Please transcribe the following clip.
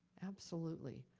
absolutely.